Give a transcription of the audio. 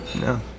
No